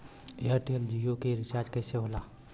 Airtel Jio के recharge कैसे होला?